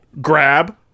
grab